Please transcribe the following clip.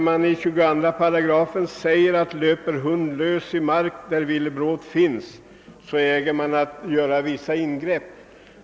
I 22 § stadgas, att jakträttsinnehavaren har rätt att ta hand om hund som löper lös i mark där villebråd finns.